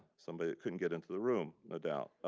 somebody couldn't get into the room, no doubt.